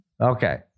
Okay